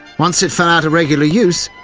once it fell out a regular use,